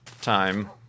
time